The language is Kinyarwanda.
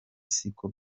siko